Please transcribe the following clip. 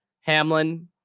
Hamlin